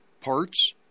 parts